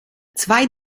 zwei